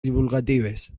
divulgatives